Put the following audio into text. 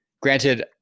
Granted